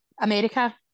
america